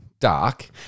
Dark